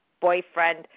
boyfriend